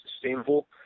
sustainable